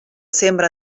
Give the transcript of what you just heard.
sembra